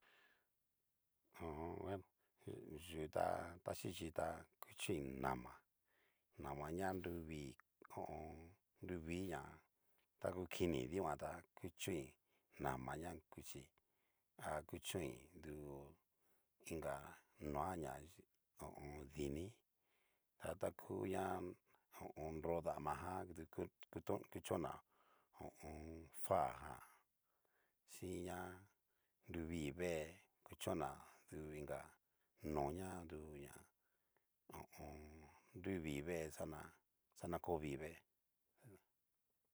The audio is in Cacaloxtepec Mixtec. Ho o on. bueno yu ta taxhichi tá, kuchoin nama mana ña nruvii ho o on. nruvi ña, ta kukini dikan ta kuchoin, dama ña kuchi a kuchoin du iin ka noa ña ho o on dini, taku ña nro dama jan duku ku kuchon'na ho o on. fajan, xin ña nruvii vee kuchon'na du inka, no ña duña ho o on. nru vii vee xana xana ko vii vé.